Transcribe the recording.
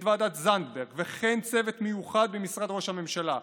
את ועדת זנדברג וכן צוות מיוחד במשרד ראש הממשלה,